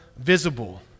visible